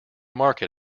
market